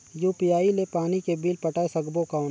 UPI ले पानी के बिल पटाय सकबो कौन?